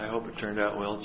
i hope it turned out well